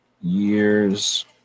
years